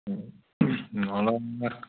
নহ'লে